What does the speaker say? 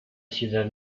ciudad